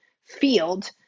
field